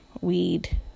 weed